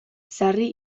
sarri